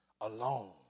alone